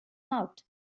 out